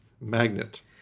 magnet